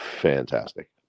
fantastic